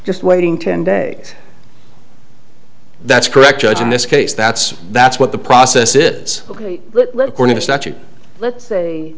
just waiting ten days that's correct judge in this case that's that's what the process is ok let